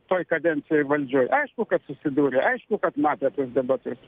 toj kadencijoj valdžioj aišku kad susidūrė aišku kad matė tuos debatus